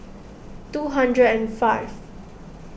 two hundred and five